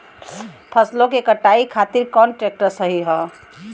फसलों के कटाई खातिर कौन ट्रैक्टर सही ह?